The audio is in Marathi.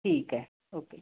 ठीक आहे ओके